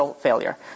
failure